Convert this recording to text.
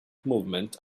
movement